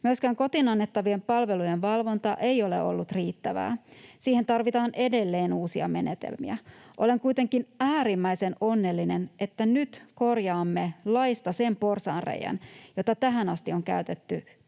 Myöskään kotiin annettavien palvelujen valvonta ei ole ollut riittävää. Siihen tarvitaan edelleen uusia menetelmiä. Olen kuitenkin äärimmäisen onnellinen, että nyt korjaamme laista sen porsaanreiän, jota tähän asti on käytetty törkeästi